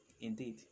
Indeed